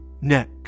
Neck